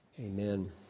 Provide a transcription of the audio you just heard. Amen